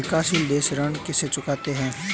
विकाशसील देश ऋण कैसे चुकाते हैं?